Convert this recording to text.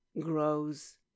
grows